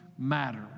Matter